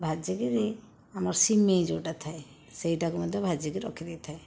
ଭାଜିକରି ଆମର ସିମେଇ ଯେଉଁଟା ଥାଏ ସେଇଟାକୁ ମଧ୍ୟ ଭାଜିକି ରଖି ଦେଇଥାଏ